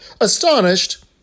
Astonished